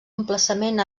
emplaçament